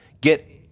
get